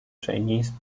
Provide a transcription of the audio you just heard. chinese